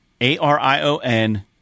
A-R-I-O-N